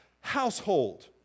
household